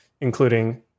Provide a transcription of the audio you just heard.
including